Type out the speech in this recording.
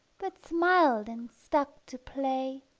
but smiled and stuck to play.